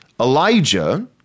Elijah